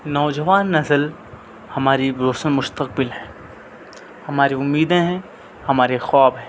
نوجوان نسل ہماری روشن مستقبل ہے ہماری امیدیں ہیں ہمارے خواب ہیں